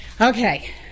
Okay